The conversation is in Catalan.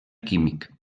químic